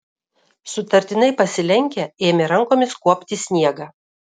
sutartinai pasilenkę ėmė rankomis kuopti sniegą